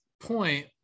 point